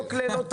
חוק ללא תקנה.